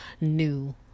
new